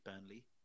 Burnley